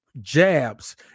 jabs